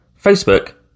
Facebook